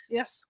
Yes